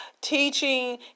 teaching